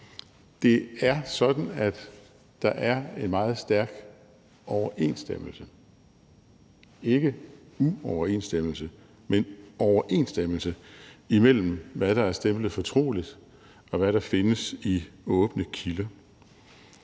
Det er sådan, at der er en meget stærk overensstemmelse – ikke uoverensstemmelse, men overensstemmelse – imellem, hvad der er stemplet fortroligt, og hvad der findes i åbne kilder.